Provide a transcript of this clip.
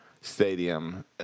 stadium